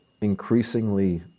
increasingly